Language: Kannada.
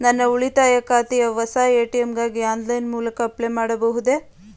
ನನ್ನ ಉಳಿತಾಯ ಖಾತೆಯ ಹೊಸ ಎ.ಟಿ.ಎಂ ಗಾಗಿ ಆನ್ಲೈನ್ ಮೂಲಕ ಅಪ್ಲೈ ಮಾಡಬಹುದೇ?